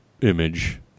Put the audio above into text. image